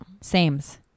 Sames